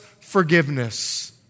forgiveness